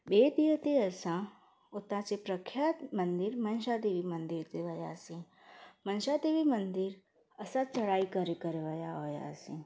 ॿिए ॾींहं ते असां उतां जे प्रख्यात मंदर में मनशा देवी जे मंदर ते वियासीं मनशा देवी मंदरु असां चढ़ाई करे करे विया हुआसीं